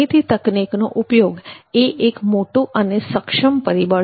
માહિતી તકનીકનો ઉપયોગ એ એક મોટું અને સક્ષમ પરીબળ છે